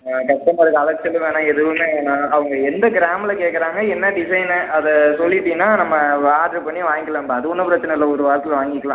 ஆ கஸ்டமருக்கு அலைச்சலும் வேணாம் எதுவும் வேணாம் அவங்க எந்த கிராமில் கேட்கறாங்க என்ன டிசைன்னு அதை சொல்லிவிட்டீன்னா நம்ம ஆர்டர் பண்ணி வாங்கிக்கலாம்ப்பா அது ஒன்றும் பிரச்சனை இல்லை ஒரு வாரத்தில் வாங்கிக்கலாம்